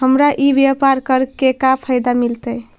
हमरा ई व्यापार करके का फायदा मिलतइ?